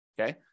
Okay